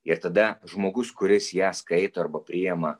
ir tada žmogus kuris ją skaito arba priima